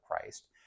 Christ